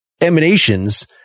emanations